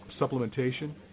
supplementation